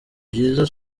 byiza